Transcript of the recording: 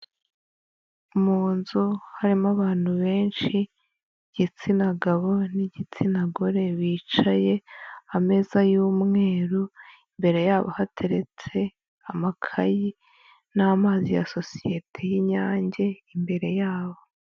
Mu nzu harimo abantu benshi, igitsina gabo n'igitsina gore bicaye, ameza y'umweru, imbere yabo hateretse amakayi n'amazi ya sosiyete y'Inyange imbere yabo.